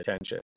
attention